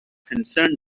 concerned